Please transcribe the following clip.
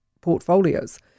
portfolios